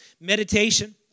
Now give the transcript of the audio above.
meditation